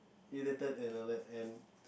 irritated and the that and